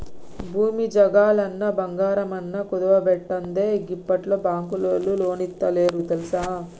భూమి జాగలన్నా, బంగారమన్నా కుదువబెట్టందే గిప్పట్ల బాంకులోల్లు లోన్లిత్తలేరు తెల్సా